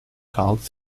called